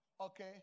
okay